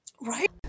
right